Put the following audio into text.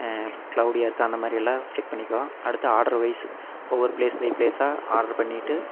க்ளௌடியாக இருக்கா அந்த மாதிரியெல்லாம் செக் பண்ணிக்குவோம் அடுத்து ஆர்டர் வைஸ் ஒவ்வொரு பிளேஸ் பை பிளேஸாக ஆர்டர் பண்ணிவிட்டு